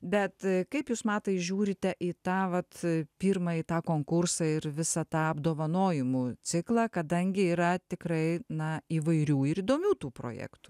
bet kaip jūs matai žiūrite į tą vat pirmąjį tą konkursą ir visą tą apdovanojimų ciklą kadangi yra tikrai na įvairių ir įdomių tų projektų